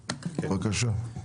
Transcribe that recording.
בבקשה.